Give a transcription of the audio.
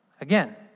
Again